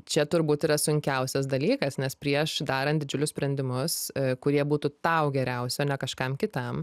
čia turbūt yra sunkiausias dalykas nes prieš darant didžiulius sprendimus kurie būtų tau geriausia o ne kažkam kitam